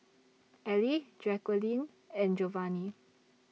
Allie Jaquelin and Jovanny